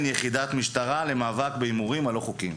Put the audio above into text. יחידת משטרה למאבק בהימורים הלא חוקיים.